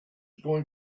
going